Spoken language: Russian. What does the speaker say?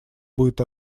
будет